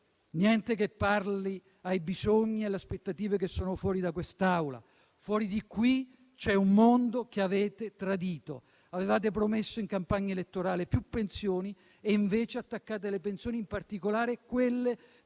niente che parli ai bisogni e alle aspettative che sono fuori da quest'Aula; fuori di qui c'è un mondo che avete tradito. Avevate promesso in campagna elettorale più pensioni e invece attaccate le pensioni, in particolare quelle